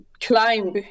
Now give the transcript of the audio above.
climb